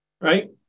Right